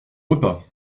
repas